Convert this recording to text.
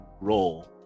roll